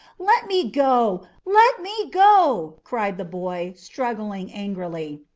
let me go let me go! cried the boy, struggling angrily.